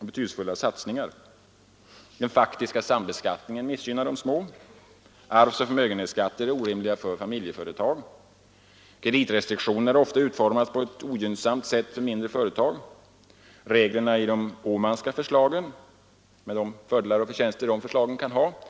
betydelsefulla satsningar. Den faktiska sambeskattningen missgynnar de små företagen. Arvsoch förmögenhetsskatten drabbar familjeföretagen orimligt hårt. Reglerna i de Åmanska förslagen kommer att göra småföretagandet ytterligare invecklat.